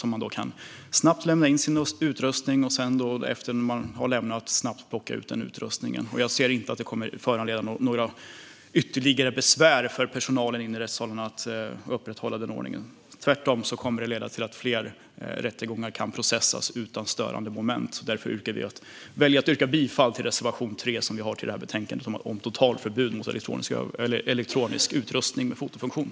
Då kan man snabbt lämna in sin utrustning, och efter att ha lämnat salen kan man snabbt plocka ut utrustningen igen. Jag ser inte att det skulle föranleda några ytterligare besvär för personalen i rättssalen att upprätthålla den ordningen. Det kommer tvärtom att leda till att fler rättegångar kan processas utan störande moment. Därför yrkar vi bifall till vår reservation 3 i betänkandet om totalförbud mot elektronisk utrustning med fotofunktion.